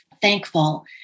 thankful